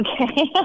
Okay